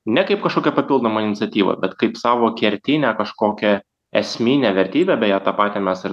ne kaip kažkokią papildomą iniciatyvą bet kaip savo kertinę kažkokią esminę vertybę beje tą patį mes ir